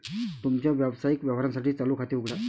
तुमच्या व्यावसायिक व्यवहारांसाठी चालू खाते उघडा